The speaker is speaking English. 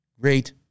great